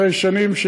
אחרי שנים,